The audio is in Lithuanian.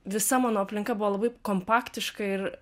visa mano aplinka buvo labai kompaktiška ir